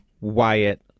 Wyatt